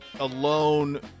alone